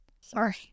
Sorry